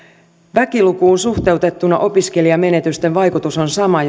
väkilukuun suhteutettuna opiskelijamenetysten vaikutus on sama